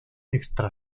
extra